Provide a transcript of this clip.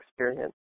experience